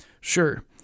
sure